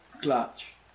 clutch